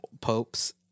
popes